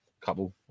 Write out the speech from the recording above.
couple